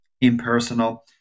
impersonal